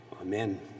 Amen